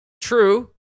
True